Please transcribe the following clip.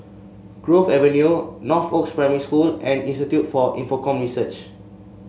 Grove Avenue Northoaks Primary School and Institute for Infocomm Search